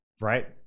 right